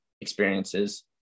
experiences